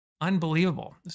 unbelievable